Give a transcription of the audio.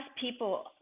people